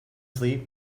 sleep